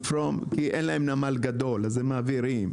כי אין נמל גדול ואז מעבירים.